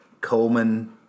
Coleman